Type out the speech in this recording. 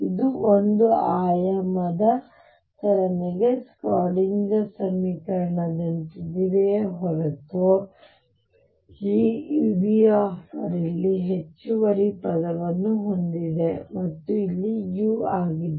ಇದು ಒಂದು ಆಯಾಮದ ಚಲನೆಗೆ ಸ್ಕ್ರಾಡಿಂಜರ್ ಸಮೀಕರಣದಂತಿದೆ ಹೊರತು ಈ Vrಇಲ್ಲಿ ಹೆಚ್ಚುವರಿ ಪದವನ್ನು ಹೊಂದಿದೆ ಅಥವಾ ಇದು u ಆಗಿದೆ